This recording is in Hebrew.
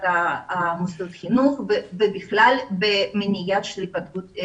מוסדות חינוך ובכלל במניעה של היפגעות ילדים.